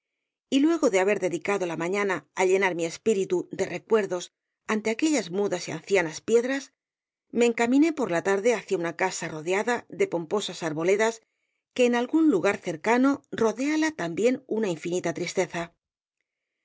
y luego de haber dedicado la mañana á llenar mi espíritu de recuerdos ante aquellas mudas y ancianas piedras me encaminé por la tarde hacia una casa rodeada de pomposas arboledas que en un lugar cercano rodéala también una infinita tristeza